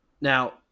Now